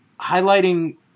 highlighting